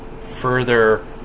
further